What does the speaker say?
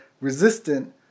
resistant